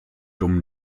dumm